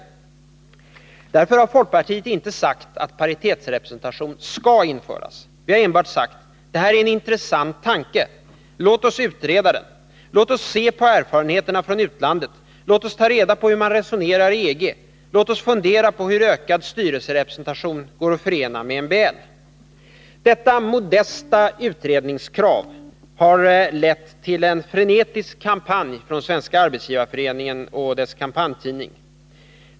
Folkpartiet har därför inte krävt att paritetsrepresentation skall införas. Vi har enbart sagt: Detta är en intressant tanke — låt oss utreda den! Låt oss se på erfarenheterna från utlandet! Låt oss ta reda på hur man resonerat i EG! Låt oss fundera på hur ökad styrelserepresentation går att förena med MBL! Detta modesta utredningskrav har lett till en frenetisk kampanj från Svenska arbetsgivareföreningen och dess kampanjtidning.